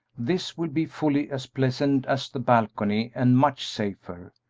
this will be fully as pleasant as the balcony and much safer.